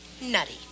Nutty